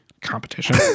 competition